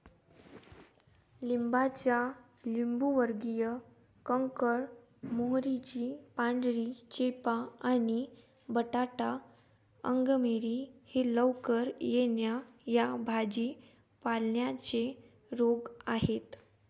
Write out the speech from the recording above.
लिंबाचा लिंबूवर्गीय कॅन्कर, मोहरीची पांढरी चेपा आणि बटाटा अंगमेरी हे लवकर येणा या भाजी पाल्यांचे रोग आहेत